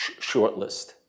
shortlist